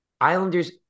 Islanders